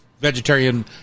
vegetarian